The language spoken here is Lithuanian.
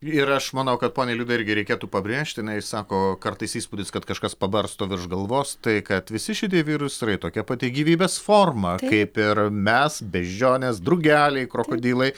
ir aš manau kad poniai liudai irgi reikėtų pabrėžti jinai sako kartais įspūdis kad kažkas pabarsto virš galvos tai kad visi šitie virusai yra tokia pati gyvybės forma kaip ir mes beždžionės drugeliai krokodilai